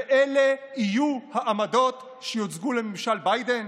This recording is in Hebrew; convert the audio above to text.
ושאלה יהיו העמדות שיוצגו לממשל ביידן?